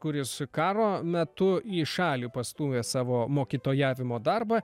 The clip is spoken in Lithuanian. kuris karo metu į šalį pastūmė savo mokytojavimo darbą